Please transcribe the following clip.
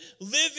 living